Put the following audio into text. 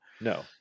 No